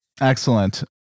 Excellent